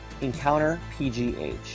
EncounterPGH